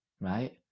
right